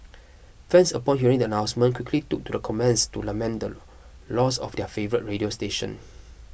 fans upon hearing the announcement quickly took to the comments to lament the loss of their favourite radio station